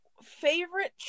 Favorite